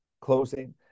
closing